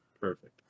Perfect